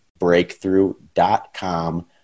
Breakthrough.com